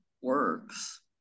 works